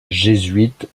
jésuite